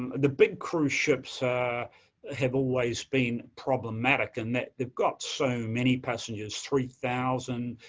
the big cruise ships ah ah have always been problematic in that they've got so many passengers, three thousand,